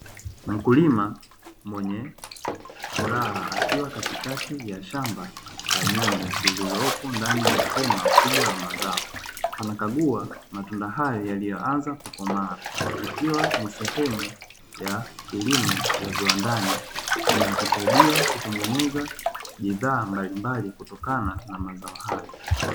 Mkulima mwenye furaha akiwa katikati ya shamba la nyanya lililopo ndani ya hema kubwa la mazao. Anakagua matunda hayo yaliyoanza kukomaa ikiwa ni sehemu ya kilimo cha viwandani kinachosaidia kutengeneza bidhaa mbalimbali kutokana na mazao hayo.